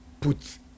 put